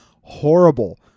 horrible